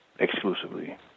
exclusively